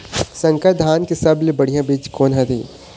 संकर धान के सबले बढ़िया बीज कोन हर ये?